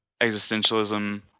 existentialism